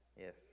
yes